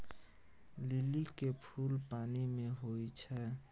लिली के फुल पानि मे होई छै